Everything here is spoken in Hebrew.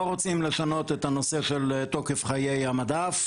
רוצים לשנות את הנושא של תוקף חיי המדף.